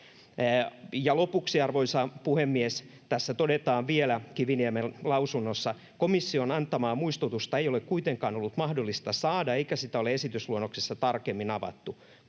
Lopuksi, arvoisa puhemies, tässä Kiviniemen lausunnossa todetaan vielä: ”Komission antamaa muistutusta ei ole kuitenkaan ollut mahdollista saada, eikä sitä ole esitysluonnoksessa tarkemmin avattu.